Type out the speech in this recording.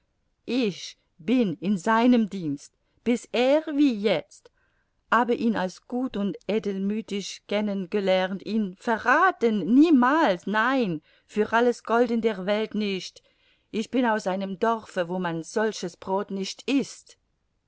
ich bin in seinem dienst bisher wie jetzt habe ihn als gut und edelmüthig kennen gelernt ihn verrathen niemals nein für alles gold in der welt nicht ich bin aus einem dorfe wo man solches brod nicht ißt